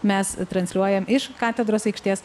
mes transliuojam iš katedros aikštės